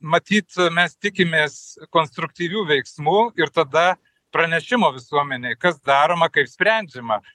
matyt mes tikimės konstruktyvių veiksmų ir tada pranešimo visuomenei kas daroma kaip sprendžiama